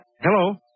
Hello